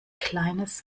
kleines